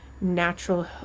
natural